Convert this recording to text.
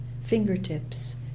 fingertips